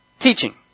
teaching